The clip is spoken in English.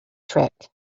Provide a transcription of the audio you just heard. track